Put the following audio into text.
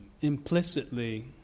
implicitly